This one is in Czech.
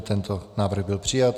Tento návrh byl přijat.